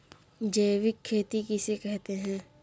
जैविक खेती किसे कहते हैं?